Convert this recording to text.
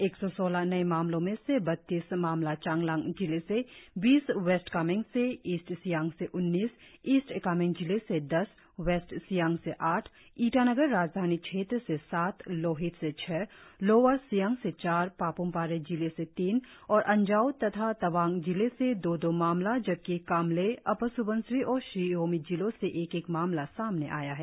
एक सौ सौलह नए मामलो में से बत्तीस मामला चांगलांग जिले से बीस वेस्ट कामेंग से ईस्ट सियांग से उन्नीस ईस्ट कामेंग जिले से दस वेस्ट सियांग से आठ ईटानगर राजधानी क्षेत्र से सात लोहित से छह लोअर सियांग से चार पाप्म पारे जिले तीन और अंजाव तथा तवांग जिले से से दो दो मामला जबकि कामले अपर स्बनसिरी और शी योमी जिलों से एक एक मामला सामने आया है